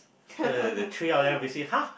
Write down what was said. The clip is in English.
so the the three of them basically [huh]